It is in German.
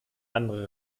andere